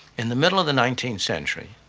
in the middle of the nineteenth century,